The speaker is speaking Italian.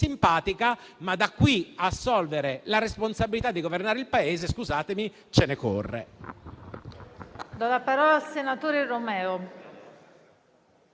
da qui ad assolvere la responsabilità di governare il Paese, però, scusatemi, ma ce ne corre.